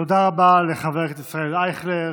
תודה רבה לחבר הכנסת ישראל אייכלר.